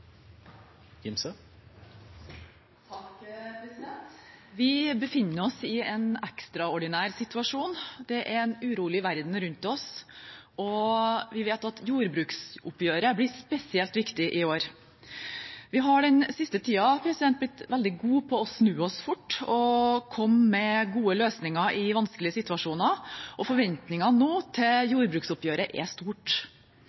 vi vet at jordbruksoppgjøret blir spesielt viktig i år. Vi har den siste tiden blitt veldig gode på å snu oss fort og komme med gode løsninger i vanskelige situasjoner, og forventningene nå til